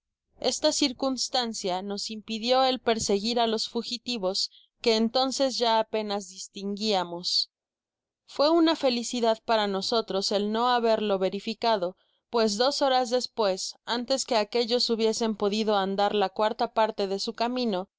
esta circunstancia nos impidió el perseguir á los fugitivos que entonces ya apenas distinguiamos fué una felicidad para nosotros el no haberlo verificado pues dos horas despues antes que aquellos hubiesen podido andar la cuarta parte de su camino